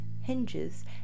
hinges